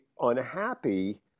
unhappy